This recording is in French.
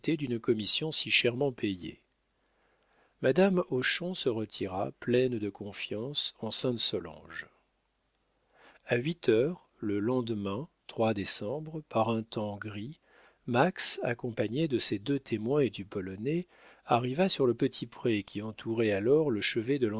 d'une commission si chèrement payée madame hochon se retira pleine de confiance en sainte solange a huit heures le lendemain décembre par un temps gris max accompagné de ses deux témoins et du polonais arriva sur le petit pré qui entourait alors le chevet de